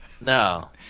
No